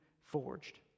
forged